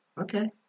Okay